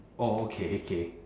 oh okay okay